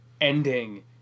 Ending